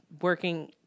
working